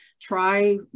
try